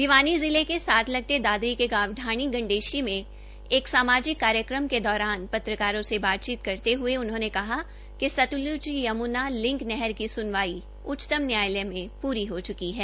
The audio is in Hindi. भिवानी जिला के साथ लगते दादरी के गांव ढ़ाणी गंडेशी में एक सामाजिक कार्यक्रम के दौरान पत्रकारों से बातचीत करते हुए उन्होंने कहा कि सत्लज यम्ना लिंक नहर की सुनवाई उच्चतम न्यायालय में पूरी हो च्की है